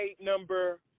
number